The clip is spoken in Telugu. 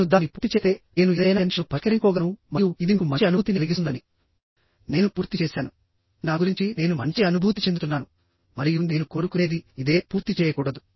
నేను దానిని పూర్తి చేస్తే నేను ఏదైనా టెన్షన్ను పరిష్కరించుకోగలను మరియు ఇది మీకు మంచి అనుభూతిని కలిగిస్తుందని నేను పూర్తి చేశానునా గురించి నేను మంచి అనుభూతి చెందుతున్నాను మరియు నేను కోరుకునేది ఇదే పూర్తి చేయకూడదు